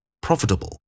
profitable